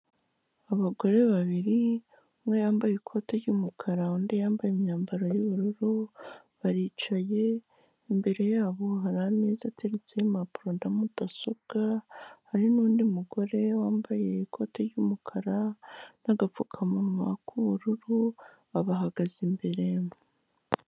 Abagore babiri, umwe yambaye ikote ry'umukara, undi yambaye imyambaro y'ubururu, baricaye, imbere yabo hari ameza ateretseho impapuro na mudasobwa, hari n'undi mugore wambaye ikote ry'umukara n'agapfukamunwa k'ubururu, babagaze imbere.